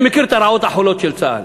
אני מכיר את הרעות החולות של צה"ל,